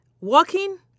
walking